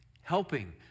Helping